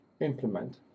implement